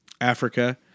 Africa